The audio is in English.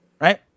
Right